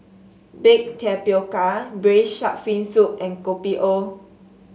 Baked Tapioca Braised Shark Fin Soup and Kopi O